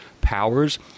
powers